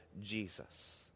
Jesus